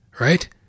Right